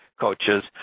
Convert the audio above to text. coaches